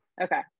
Okay